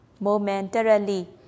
momentarily